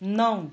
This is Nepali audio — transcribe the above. नौ